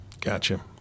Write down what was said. Gotcha